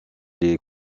les